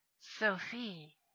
Sophie